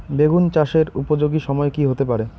বেগুন চাষের উপযোগী সময় কি হতে পারে?